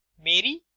mary!